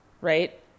right